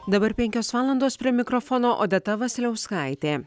dabar penkios valandos prie mikrofono odeta vasiliauskaitė